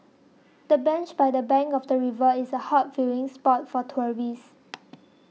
the bench by the bank of the river is a hot viewing spot for tourists